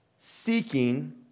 seeking